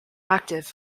active